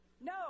no